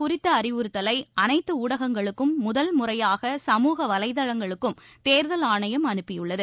குறித்தஅறிவுறுத்தலைஅனைத்தும்டகங்களுக்கும் இத முதல்முறையாக சமூக வலைதளங்களுக்கும் தேர்தல் ஆணையம் அனுப்பியுள்ளது